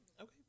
Okay